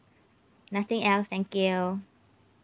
nothing else thank you